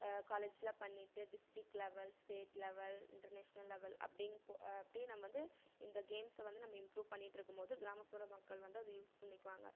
காலேஜ்ஜில் பண்ணிகிட்டு district level state level international level அப்படின்னு ப அப்படியே நம்ம வந்து இந்த கேம்ஸை வந்து நம்ம இம்ப்ரூவ் பண்ணிகிட்ருக்கும் போது கிராமப்புற மக்கள் வந்து அதை யூஸ் பண்ணிக்குவாங்க